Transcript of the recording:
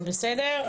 בסדר?